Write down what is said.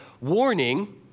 Warning